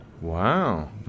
Wow